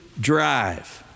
drive